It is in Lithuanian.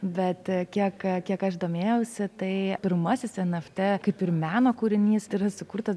bet kiek kiek aš domėjausi tai pirmasis en ef tė kaip ir meno kūrinys yra sukurtas